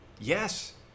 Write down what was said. Yes